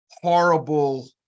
horrible